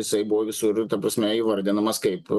jisai buvo visur ta prasme įvardinamas kaip